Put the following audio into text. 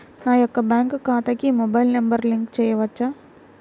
నా యొక్క బ్యాంక్ ఖాతాకి మొబైల్ నంబర్ లింక్ చేయవచ్చా?